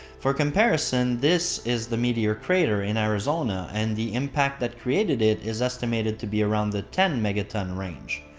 for comparison, this is the meteor crater in arizona and the impact that created it is estimated to be around the ten megaton range.